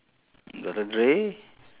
doctor dre